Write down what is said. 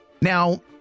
Now